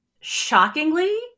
Shockingly